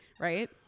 right